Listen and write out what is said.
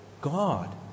God